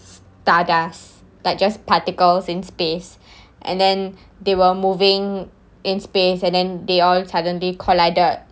stardust like just particles in space and then they were moving in space and then they all suddenly collided